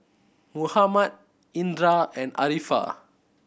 Muhammad Indra and Arifa